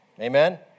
Amen